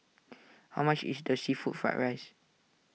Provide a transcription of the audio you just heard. how much is the Seafood Fried Rice